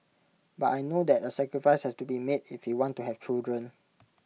but I know that A sacrifice has to be made if we want to have children